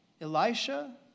Elisha